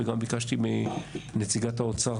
וגם ביקשתי מנציגת האוצר,